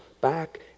back